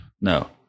No